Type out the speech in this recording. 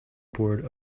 board